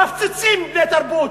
מפציצים בני-תרבות.